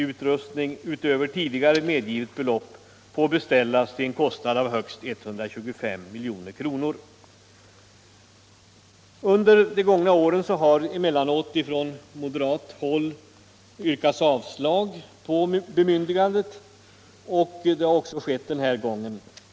Under de gångna åren har från moderat håll emellanåt yrkats avslag på bemyndigandet, och så har också skett den här gången.